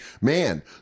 Man